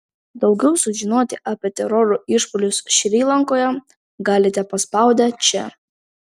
daugiau sužinoti apie teroro išpuolius šri lankoje galite paspaudę čia